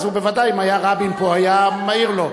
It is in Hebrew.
בוודאי אם היה רבין פה הוא היה מעיר לו.